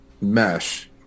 mesh